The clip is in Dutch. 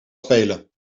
spelen